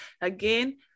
again